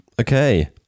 Okay